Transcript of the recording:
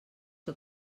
que